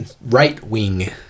right-wing